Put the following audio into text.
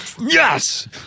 Yes